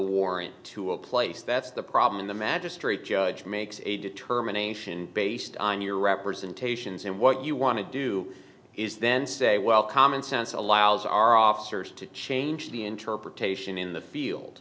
warrant to a place that's the problem the magistrate judge makes a determination based on your representations and what you want to do is then say well common sense allows our officers to change the interpretation in the field